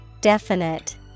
definite